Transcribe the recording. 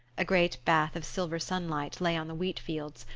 a great bath of silver sunlight lay on the wheat-fields,